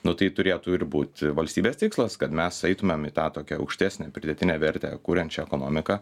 nu tai turėtų ir būt valstybės tikslas kad mes eitumėm į tą tokią aukštesnę pridėtinę vertę kuriančią ekonomiką